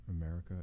America